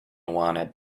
wanted